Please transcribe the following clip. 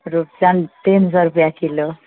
रूपचन तीन सए रुपआ किलो